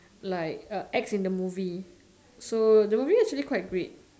like acts in the movie so the movie is actually quite great